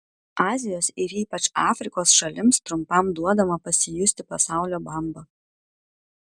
azijos ir ypač afrikos šalims trumpam duodama pasijusti pasaulio bamba